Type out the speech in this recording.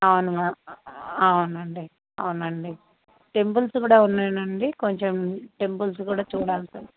అవున అవునండి అవునండి టెంపుల్స్ కూడా ఉన్నాయా అండి కొంచెం టెంపుల్స్ కూడా చూడాలి సార్